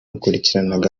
bakurikiranaga